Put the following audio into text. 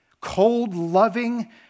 cold-loving